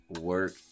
work